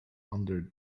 under